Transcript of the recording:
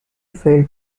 failed